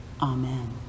Amen